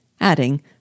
Adding